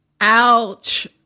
Ouch